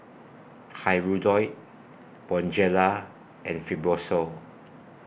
Hirudoid Bonjela and Fibrosol